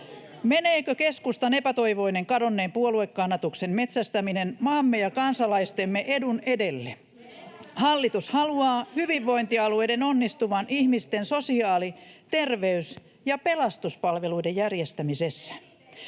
Meneekö keskustan epätoivoinen kadonneen puoluekannatuksen metsästäminen maamme ja kansalaistemme edun edelle? Hallitus haluaa hyvinvointialueiden onnistuvan ihmisten sosiaali-, terveys- ja pelastuspalveluiden järjestämisessä.